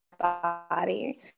body